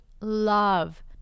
love